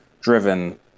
driven